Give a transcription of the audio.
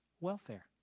welfare